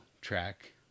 track